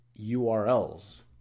URLs